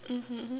mmhmm